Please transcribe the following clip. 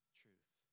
truth